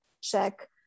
check